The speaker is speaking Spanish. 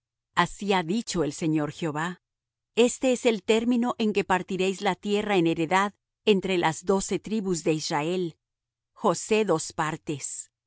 así ha dicho el señor jehová este es el término en que partiréis la tierra en heredad entre las doce tribus de israel josé dos partes y